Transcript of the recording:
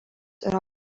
yra